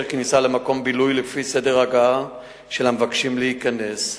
כניסה למקום בילוי לפי סדר הגעה של המבקשים להיכנס.